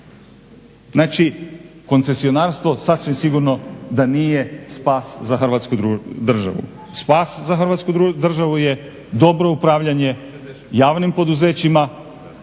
Znači koncesionarstvo sasvim sigurno da nije spas za Hrvatsku državu. Spas za Hrvatsku državu je dobro upravljanje javnim poduzećima